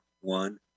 one